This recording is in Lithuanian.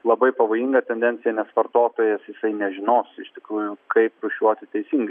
labai pavojinga tendencija nes vartotojas jisai nežinos iš tikrųjų kaip rūšiuoti teisingai